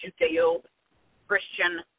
Judeo-Christian